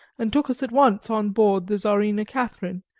and took us at once on board the czarina catherine,